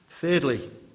thirdly